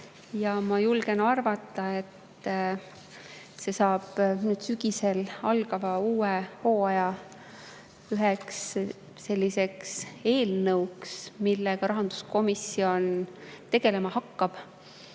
Ma julgen arvata, et see saab sügisel algaval uuel hooajal üheks eelnõuks, millega rahanduskomisjon tegelema hakkab,